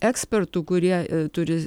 ekspertų kurie turi